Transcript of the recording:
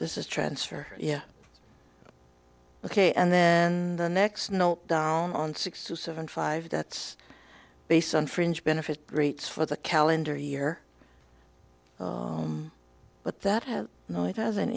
this is transfer yeah ok and then the next no down on six to seven five that's based on fringe benefit rates for the calendar year but that has no it hasn't